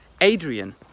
Adrian